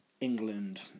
England